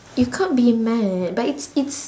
you can't be mad at it but it's it's